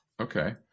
Okay